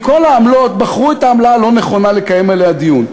מכל העמלות בחרו את העמלה הלא-נכונה לקיים עליה דיון.